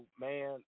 man